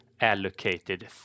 allocated